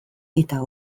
eta